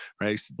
Right